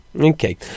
Okay